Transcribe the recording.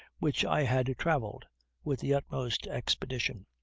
which i had traveled with the utmost expedition.